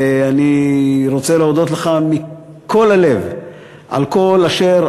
ואני רוצה להודות לך מכל הלב על כל אשר